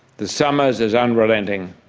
the summers as unrelenting,